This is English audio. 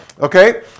Okay